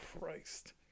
Christ